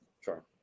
Sure